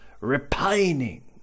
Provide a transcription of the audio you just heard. repining